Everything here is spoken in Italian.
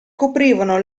coprivano